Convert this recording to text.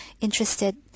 interested